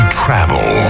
travel